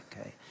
okay